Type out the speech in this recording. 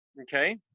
Okay